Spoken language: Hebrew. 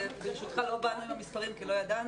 ברשותך, לא באנו עם המספרים כי לא ידענו.